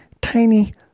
tiny